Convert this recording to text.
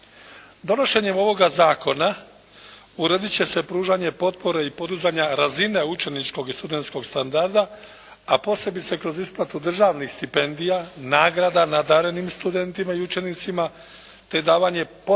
Donošenjem ovoga Zakona uredit će se pružanje potpore i podizanja razine učeničkog i studentskog standarda a posebice kroz isplatu državnih stipendija, nagrada nadarenim studentima i učenicima te davanje potpore